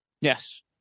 Yes